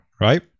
right